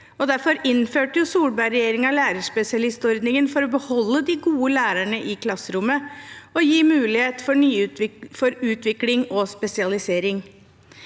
karriereveier. Solberg-regjeringen innførte lærerspesialistordningen for å beholde de gode lærerne i klasserommet og gi mulighet for utvikling og spesialisering.